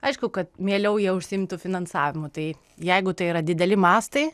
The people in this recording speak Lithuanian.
aišku kad mieliau jie užsiimtų finansavimu tai jeigu tai yra dideli mastai